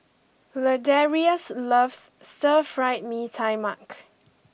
Ladarius loves Stir Fried Mee Tai Mak